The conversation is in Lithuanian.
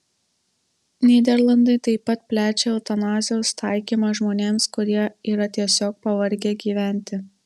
nyderlandai taip pat plečia eutanazijos taikymą žmonėms kurie yra tiesiog pavargę gyventi